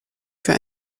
für